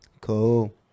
Cool